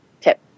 tip